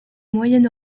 moyen